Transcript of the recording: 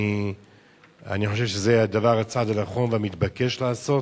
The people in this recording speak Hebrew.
אני חושב שזה הצעד הנכון והמתבקש לעשות,